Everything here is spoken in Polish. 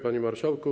Panie Marszałku!